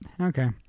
Okay